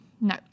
No